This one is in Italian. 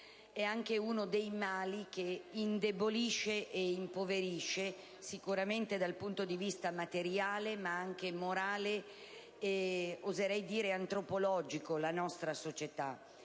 e uno dei mali che indebolisce e impoverisce, sicuramente dal punto di vista materiale ma anche morale e - oserei dire - antropologico, la nostra società.